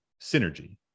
synergy